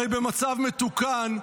הרי במצב מתוקן,